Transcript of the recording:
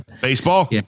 Baseball